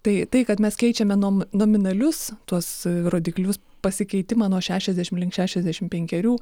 tai tai kad mes keičiame nom nominalius tuos rodiklius pasikeitimą nuo šešiasdešimt link šešiasdešimt penkerių